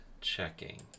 checking